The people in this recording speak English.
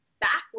backwards